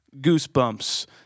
Goosebumps